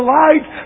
light